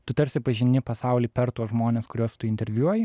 tu tarsi pažini pasaulį per tuos žmones kuriuos tu interviuoji